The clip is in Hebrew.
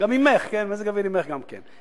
גם אמך, מזג אוויר "אמך" גם כן.